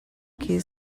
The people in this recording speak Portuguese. que